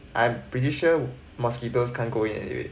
I'm pretty sure mosquitoes can't go in anyway